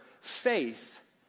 faith